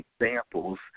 examples